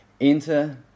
Enter